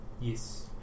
Yes